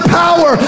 power